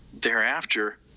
thereafter